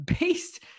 based